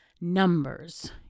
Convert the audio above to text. numbers